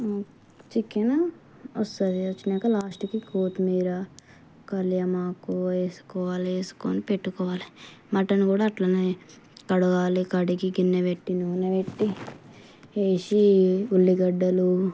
chicken వస్తుంది వచ్చినాక లాస్ట్కి కొత్తిమీర కల్యామాకు వేసుకోవాలి వేసుకొని పెట్టుకోవాలి మటన్ కూడా అట్లనే కడగాలి కడిగి గిన్నె పెట్టి నూనె పెట్టి వేసి ఉల్లిగడ్డలు